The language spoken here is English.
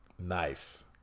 nice